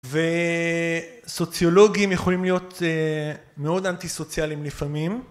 וסוציולוגים יכולים להיות מאוד אנטי סוציאליים לפעמים.